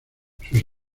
sus